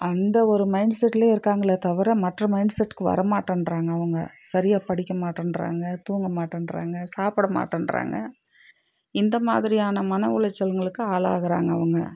அந்த ஒரு மைண்ட் செட்லே இருக்காங்ளே தவிர மற்ற மைண்ட் செட்க்கு வரமாட்டேன்றாங்க அவங்க சரியாக படிக்க மாட்டேன்றாங்க தூங்க மாட்டேன்றாங்க சாப்பிட மாட்டேன்றாங்க இந்த மாதிரியான மன உளைச்சல்ங்களுக்கு ஆளாகிறாங்க அவங்க